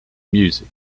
music